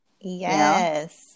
Yes